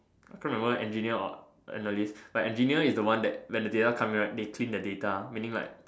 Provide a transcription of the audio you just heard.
I can't remember engineer or analyst but engineer is the one that when data comes right they clean the data meaning like